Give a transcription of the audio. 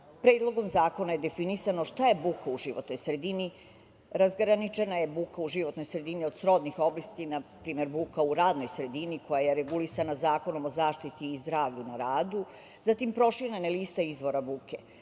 zakona. Predlogom zakona je definisano šta je buka u životnoj sredini, razgraničena je buka u životnoj sredini od srodnih obistina, na primer buka u radnoj sredini koja je regulisana Zakonom o zaštiti i zdravlju na radu, zatim proširena je lista izvora buka,